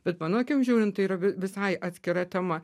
bet mano akim žiūrint tai yra visai atskira tema